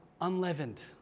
unleavened